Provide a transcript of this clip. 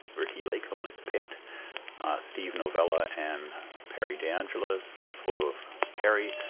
ricki lake the one it's picked steve novella and perry deangelis, a photo of perry.